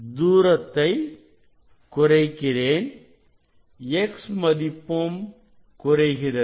தூரத்தை குறைக்கிறேன் X மதிப்பும் குறைகிறது